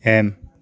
M